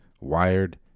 Wired